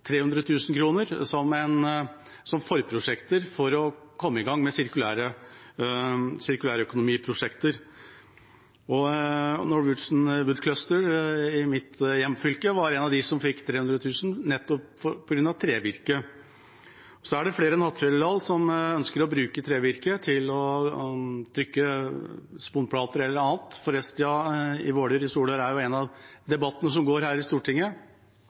som forprosjekter for å komme i gang med sirkulær økonomi-prosjekter. Norwegian Wood Cluster i mitt hjemfylke var en av dem som fikk 300 000 kr, nettopp på grunn av trevirke. Det er flere enn Hattfjelldal som ønsker å bruke trevirke til å trykke sponplater eller annet. Forestia i Våler i Solør er en av debattene som går her i Stortinget.